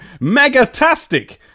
Megatastic